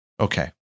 okay